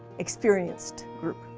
experienced group.